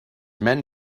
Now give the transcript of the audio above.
men